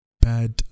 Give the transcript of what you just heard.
bad